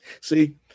See